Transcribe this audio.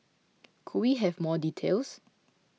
could we have more details